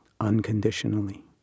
unconditionally